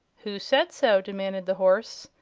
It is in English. who said so? demanded the horse.